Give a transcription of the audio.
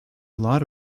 lot